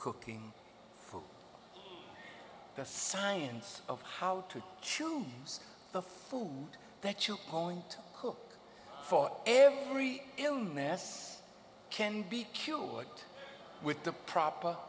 cooking the science of how to choose the food that you point cook for every illness can be cured with the proper